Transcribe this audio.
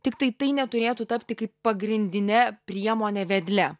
tiktai tai neturėtų tapti kaip pagrindine priemone vedle